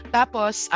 tapos